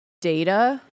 data